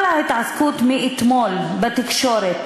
כל ההתעסקות מאתמול בתקשורת